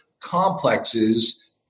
complexes